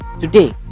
today